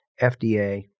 FDA